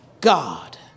God